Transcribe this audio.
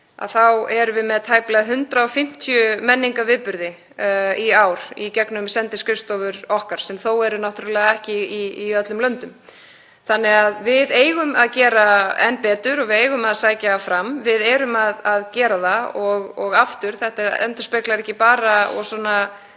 þá erum við með tæplega 150 menningarviðburði í ár í gegnum sendiskrifstofur okkar sem þó eru náttúrlega ekki í öllum löndum. Við eigum því að gera enn betur og við eigum að sækja fram. Við erum að gera það. Aftur endurspeglar þetta ekki bara og skýrir